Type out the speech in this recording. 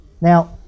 Now